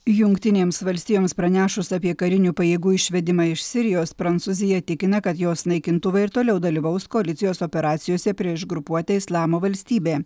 jungtinėms valstijoms pranešus apie karinių pajėgų išvedimą iš sirijos prancūzija tikina kad jos naikintuvai ir toliau dalyvaus koalicijos operacijose prieš grupuotę islamo valstybė